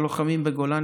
הלוחמים בגולני,